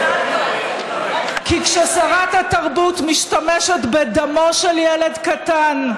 כי כששרת התרבות משתמשת בדמו של ילד קטן,